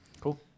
Cool